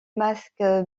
masques